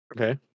Okay